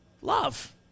love